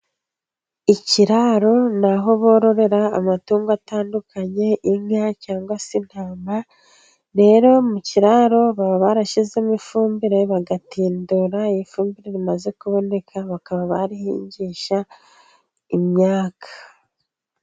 Ikiraro ni aho bororera amatungo atandukanye inka cyangwa se intama, rero mu kiraro baba barashyizemo ifumbire bagatindura ifumbire rimaze kuboneka bakaba barihingisha imyaka.